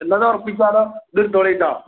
എന്നാൽ ഇത് ഉറപ്പിച്ചാലോ ഇത് എടുത്തൊള്ളൂ കെട്ടോ